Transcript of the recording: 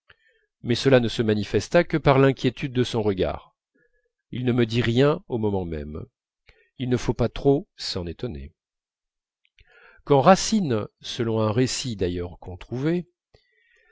mais cela ne se manifesta que par l'inquiétude de son regard il ne me dit rien au moment même il ne faut pas trop s'en étonner quand racine selon un récit d'ailleurs